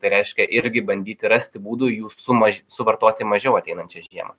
tai reiškia irgi bandyti rasti būdų jų suma suvartoti mažiau ateinančią žiemą